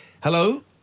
Hello